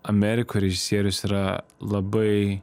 amerikoj režisierius yra labai